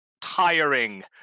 tiring